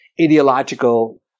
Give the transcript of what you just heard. ideological